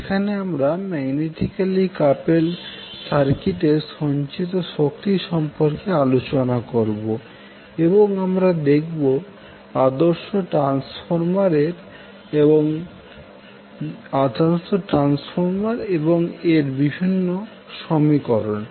যেখানে আমরা magnetically coupled সার্কিটের সঞ্চিত শক্তি সম্পর্কে আলোচনা করবো এবং আমরা দেখবো আদর্শ ট্রান্সফর্মার এবং এর বিভিন্ন সমীকরণ